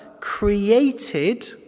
created